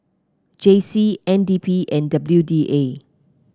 J C N D P and W D A